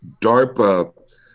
darpa